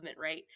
right